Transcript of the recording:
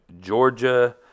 Georgia